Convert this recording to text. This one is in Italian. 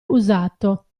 usato